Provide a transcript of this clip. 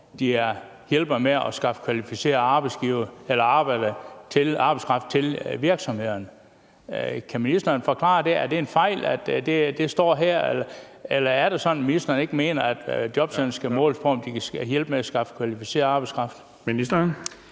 om de hjælper med at skaffe kvalificeret arbejdskraft til virksomhederne. Kan ministeren forklare det? Er det en fejl, at det står her, eller er det sådan, at ministeren ikke mener, at jobcentrene skal måles på, om de kan hjælpe med at skaffe kvalificeret arbejdskraft? Kl.